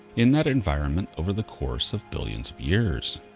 in that environment over the course of billions of years.